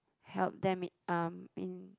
help them um in